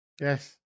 Yes